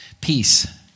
Peace